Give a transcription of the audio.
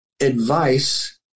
advice